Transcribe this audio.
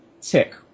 tick